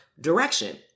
direction